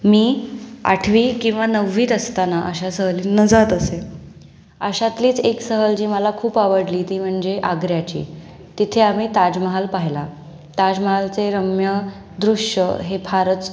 मी आठवी किंवा नववीत असताना अशा सहलींना जात असे अशातलीच एक सहल जी मला खूप आवडली ती म्हणजे आग्र्याची तिथे आम्ही ताजमहाल पाहिला ताजमहालचे रम्य दृश्य हे फारच